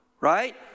right